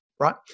right